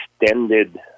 extended